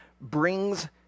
brings